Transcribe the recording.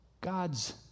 God's